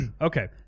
Okay